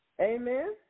Amen